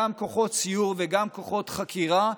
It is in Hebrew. גם כוחות סיור וגם כוחות חקירה,